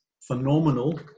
phenomenal